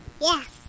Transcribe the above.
Yes